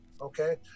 Okay